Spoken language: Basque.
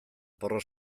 porrot